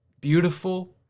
beautiful